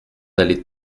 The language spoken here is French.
allez